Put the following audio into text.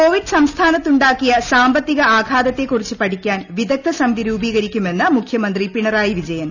Covid സംസ്ഥാനത്തുണ്ടാക്കിയ സാമ്പത്തിക ആഘാതത്തെക്കുറിച്ച് പഠിക്കാൻ വിദഗ്ധ സമിതി രൂപീകരിക്കുമെന്ന് മുഖ്യമന്ത്രി പിണറായി വിജയൻ